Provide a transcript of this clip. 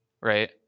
right